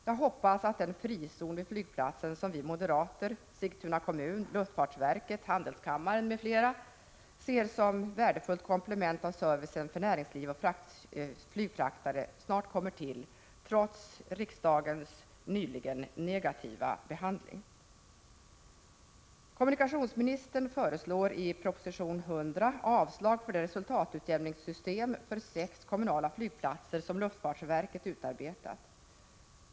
Jag hoppas att den frizon vid flygplatsen som vi moderater i Sigtuna kommun, luftfartsverket, handelskammaren m.fl. ser som ett värdefullt komplement av servicen för näringsliv och flygfraktare snart kommer till, trots riksdagens negativa behandling nyligen. Kommunikationsministern föreslog i proposition 100 avslag för det resultatutjämningssystem gällande sex kommunala flygplatser som luftfartsverket utarbetat.